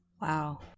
Wow